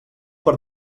per